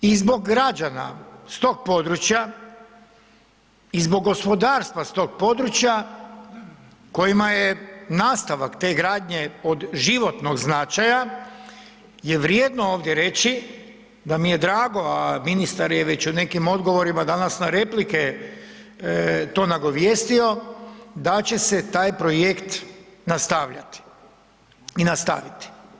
I zbog građana s tog područja i zbog gospodarstva s tog područja kojima je nastavak te gradnje od životnog značaja je vrijedno ovdje reći da mi je drago, a ministar je već u nekim odgovorima danas na replike to nagovijestio, da će se taj projekt nastavljati i nastaviti.